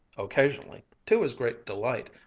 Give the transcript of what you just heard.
occasionally, to his great delight,